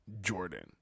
Jordan